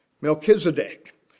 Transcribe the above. Melchizedek